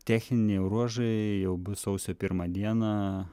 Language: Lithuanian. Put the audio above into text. techniniai ruožai jau bus sausio pirmą dieną